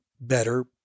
better